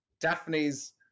Daphne's